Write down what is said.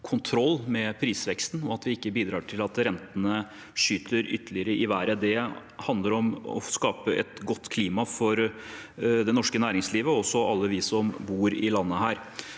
kontroll på prisveksten, og at vi ikke bidrar til at rentene skyter ytterligere i været. Det handler om å skape et godt klima for det norske næringslivet, og for alle oss som bor i landet.